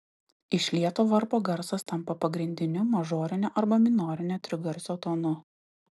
išlieto varpo garsas tampa pagrindiniu mažorinio arba minorinio trigarsio tonu